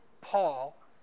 Paul